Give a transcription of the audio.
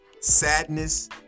sadness